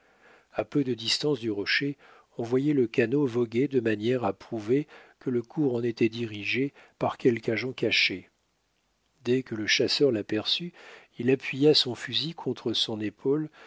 à peu de distance du rocher on voyait le canot voguer de manière à prouver que le cours en était dirigé par quelque agent caché dès que le chasseur l'aperçut il appuya son fusil contre son épaule